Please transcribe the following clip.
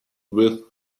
with